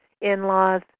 in-laws